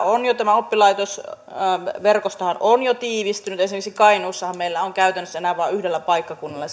oppilaitosverkostohan on jo tiivistynyt esimerkiksi kainuussahan meillä on käytännössä enää vain yhdellä paikkakunnalla